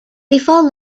before